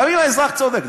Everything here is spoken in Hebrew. גם אם האזרח צודק,